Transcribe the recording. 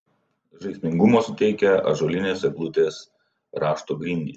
žaismingumo suteikia ąžuolinės eglutės rašto grindys